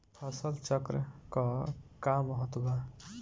फसल चक्रण क का महत्त्व बा?